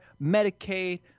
Medicaid